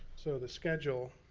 so the schedule,